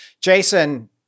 Jason